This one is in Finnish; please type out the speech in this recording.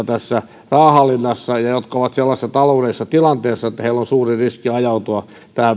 tässä rahan hallinnassa ja jotka ovat sellaisessa taloudellisessa tilanteessa että heillä on suuri riski ajautua